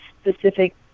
specific